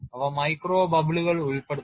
അവ മൈക്രോ ബബിളുകൾ ഉൾപ്പെടുത്തണം